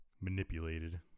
manipulated